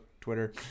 Twitter